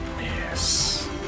Yes